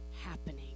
happening